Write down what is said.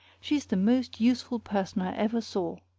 she's the most useful person i ever saw.